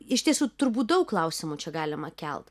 iš tiesų turbūt daug klausimų čia galima kelt